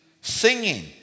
singing